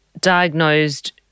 diagnosed